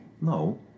No